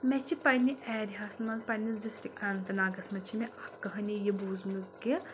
مےٚ چھِ پنٛنہِ اَیٚرِیاہَس منٛز پنٛنِس ڈِسٹِرک اَنت ناگَس منٛز چھِ مےٚ اَکھ کٕہٲنِی یہِ بوٗزمٕژ کہِ